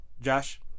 Josh